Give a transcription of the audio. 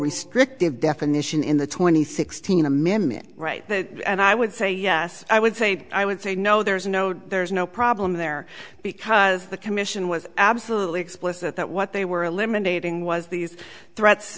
restrictive definition in the twenty sixteen amendment right and i would say yes i would say i would say no there is no there is no problem there because the commission was absolutely explicit that what they were eliminating was these threats